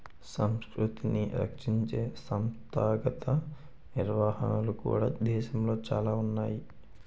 సంస్కృతిని రక్షించే సంస్థాగత నిర్వహణలు కూడా దేశంలో చాలా ఉన్నాయి